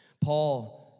Paul